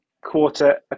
quarter